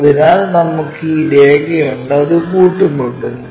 അതിനാൽ നമുക്ക് ഈ രേഖയുണ്ട് അത് കൂട്ടിമുട്ടുന്നു